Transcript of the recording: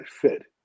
fit